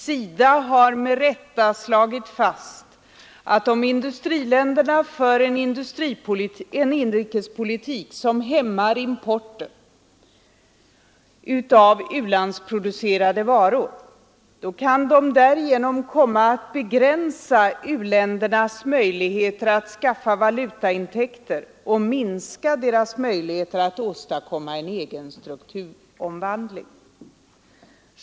SIDA har med rätta slagit fast att ”om industriländerna för en inrikespolitik som hämmar importen av u-landsproducerade varor kan de därigenom komma att begränsa u-ländernas möjligheter att skaffa valutaintäkter och minska deras möjligheter att åstadkomma en egen strukturomvandling”.